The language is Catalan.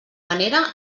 manera